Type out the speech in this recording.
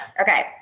Okay